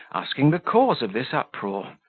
asking the cause of this uproar.